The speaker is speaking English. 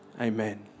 Amen